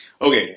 Okay